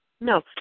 no